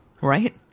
Right